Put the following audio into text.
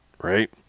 Right